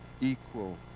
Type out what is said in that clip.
equal